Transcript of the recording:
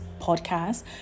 podcast